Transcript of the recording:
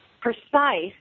precise